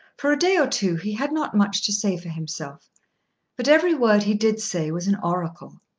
for a day or two he had not much to say for himself but every word he did say was an oracle.